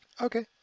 Okay